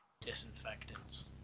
disinfectants